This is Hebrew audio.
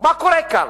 מה קורה כאן?